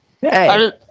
hey